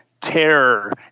terror